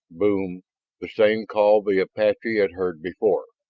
boom the same call the apache had heard before.